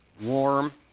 warm